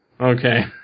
Okay